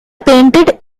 painted